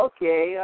Okay